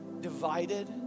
divided